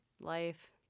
life